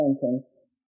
sentence